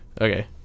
Okay